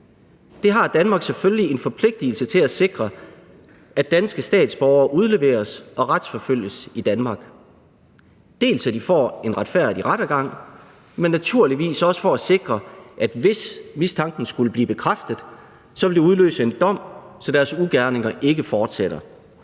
Der har Danmark selvfølgelig en forpligtigelse til at sikre, at danske statsborgere udleveres og retsforfølges i Danmark – altså både for at sikre, at de får en retfærdig rettergang, men naturligvis også for at sikre, at hvis mistanken skulle blive bekræftet, vil det udløse en dom, så deres ugerninger ikke fortsætter.